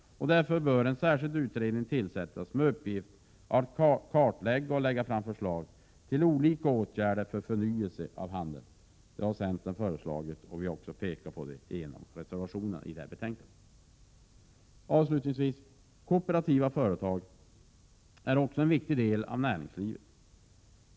Därför bör en särskild utredning tillsättas med uppgift att kartlägga och lägga fram förslag till olika åtgärder för förnyelse av handeln. Detta har centern föreslagit, och vi har också pekat på det i en av reservationerna vid detta betänkande. Också kooperativa företag är en viktig del av näringslivet.